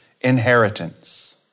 inheritance